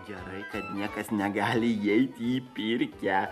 gerai kad niekas negali įeiti į pirkią